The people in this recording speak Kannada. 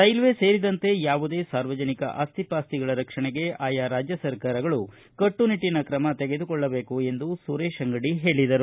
ರೈಲ್ವೆ ಸೇರಿದಂತೆ ಯಾವುದೇ ಸಾರ್ವಜನಿಕ ಆಸ್ತಿಪಾಸ್ತಿಗಳ ರಕ್ಷಣೆಗೆ ಆಯಾ ರಾಜ್ಯ ಸರ್ಕಾರಗಳು ಕಟ್ಟುನಿಟ್ಟನ ಕ್ರಮ ತೆಗೆದುಕೊಳ್ಳಬೇಕು ಎಂದು ಸುರೇಶ ಅಂಗಡಿ ಹೇಳಿದರು